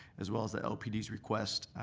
as well as the lpd's request,